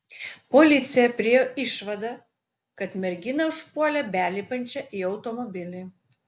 policija priėjo išvadą kad merginą užpuolė belipančią į automobilį